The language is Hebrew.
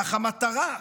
אך המטרה,